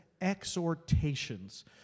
exhortations